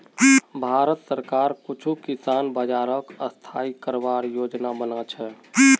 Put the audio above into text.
भारत सरकार कुछू किसान बाज़ारक स्थाई करवार योजना बना छेक